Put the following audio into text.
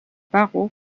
barreau